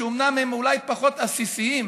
שאומנם הם אולי פחות עסיסיים,